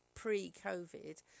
Pre-COVID